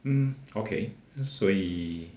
mm okay 所以